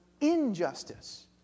injustice